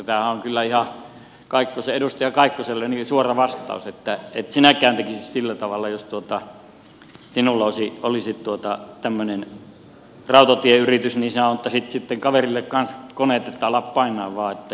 tämä on kyllä edustaja kaikkoselle ihan suora vastaus että et sinäkään tekisi sillä tavalla jos sinulla olisi tämmöinen rautatieyritys että sinä ottaisit sitten kaverille kanssa koneet että ala painaa vaan että kilpaillaan nyt täällä